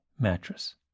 Mattress